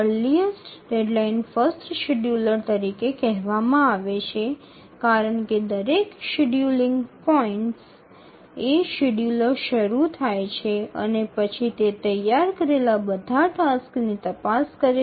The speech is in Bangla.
একে আর্লিয়েস্ত ডেডলাইন ফার্স্ট শিডিয়ুলার বলা হয় কারণ প্রতিটি শিডিয়ুলিং পয়েন্টে শিডিয়ুলার চলতে শুরু করে এবং তারপরে এটি প্রস্তুত থাকা সমস্ত কার্যগুলি পরীক্ষা করে